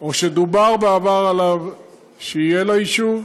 או שדובר בעבר שיהיה ליישוב,